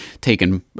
taken